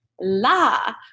La